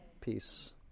peace